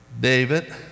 David